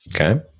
Okay